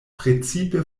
precipe